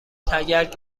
تگرگ